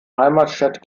heimatstadt